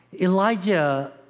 Elijah